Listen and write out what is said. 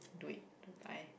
do it to buy